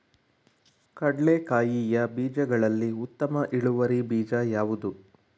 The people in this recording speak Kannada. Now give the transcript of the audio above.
ಕಡ್ಲೆಕಾಯಿಯ ಬೀಜಗಳಲ್ಲಿ ಉತ್ತಮ ಇಳುವರಿ ಬೀಜ ಯಾವುದು?